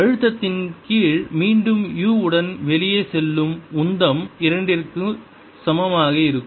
அழுத்தத்தின் கீழ் மீண்டும் u உடன் வெளியே செல்லும் உந்தம் இரண்டிற்கு சமமாக இருக்கும்